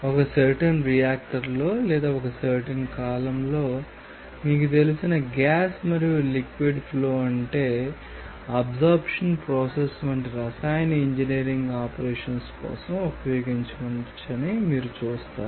ఒక సర్టెన్ రియాక్టర్లో లేదా ఒక సర్టెన్ కాలమ్లో మీకు తెలిసిన గ్యాస్ మరియు లిక్విడ్ ఫ్లో ఉంటే అబ్సర్బ్షన్ ప్రాసెస్ వంటి రసాయన ఇంజనీరింగ్ ఆపరేషన్ కోసం ఉపయోగించవచ్చని మీరు చూస్తారు